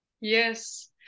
Yes